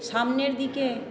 সামনের দিকে